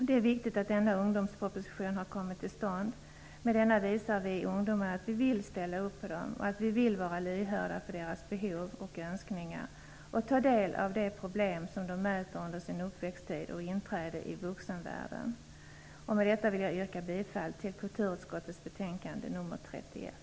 Det är viktigt att denna ungdomsproposition har kommit till stånd. Med den visar vi ungdomarna att vi vill ställa upp på dem, att vi vill vara lyhörda för deras behov och önskningar och ta del av de problem som de möter under sin uppväxttid och inträde i vuxenvärlden. Herr talman! Med detta vill jag yrka bifall till hemställan i kulturutskottets betänkande nr 31.